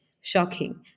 Shocking